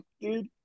dude